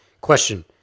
Question